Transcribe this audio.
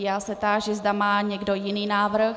Já se táži, zda má někdo jiný návrh.